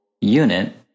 unit